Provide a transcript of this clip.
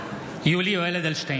(קורא בשמות חברי הכנסת) יולי יואל אדלשטיין,